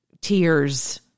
tears